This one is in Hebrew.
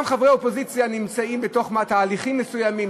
גם חברי האופוזיציה נמצאים בתוך תהליכים מסוימים,